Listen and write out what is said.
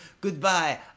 goodbye